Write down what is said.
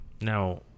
Now